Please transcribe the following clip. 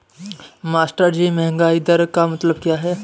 मास्टरजी महंगाई दर का मतलब क्या है?